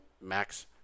max